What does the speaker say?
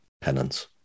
penance